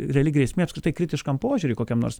reali grėsmė apskritai kritiškam požiūriui kokiam nors